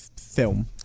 film